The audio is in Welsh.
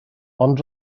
ond